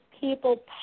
people